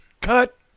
Cut